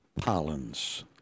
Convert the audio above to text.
pollens